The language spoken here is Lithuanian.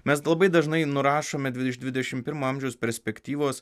mes labai dažnai nurašome dvi iš dvidešimt pirmo amžiaus perspektyvos